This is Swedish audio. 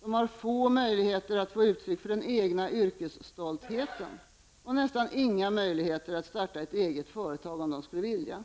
De har få möjligheter att få utlopp för den egna yrkesstoltheten, och nästan inga möjligheter att starta ett eget företag, om de skulle vilja det.